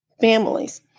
families